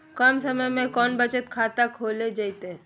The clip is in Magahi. कम समय में कौन बचत खाता खोले जयते?